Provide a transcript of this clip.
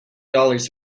dollars